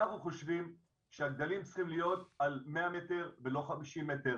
אנחנו חושבים שהגדלים צריכים להיות על מאה מטר ולא חמישים מטר,